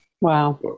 Wow